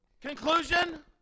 Conclusion